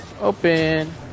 Open